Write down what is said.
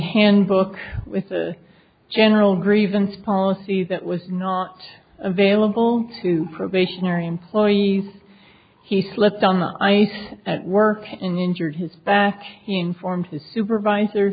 handbook with a general grievance policy that was not available to probationary employees he slipped on the ice at work injured his back informed his supervisor